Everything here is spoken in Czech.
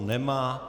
Nemá.